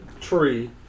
tree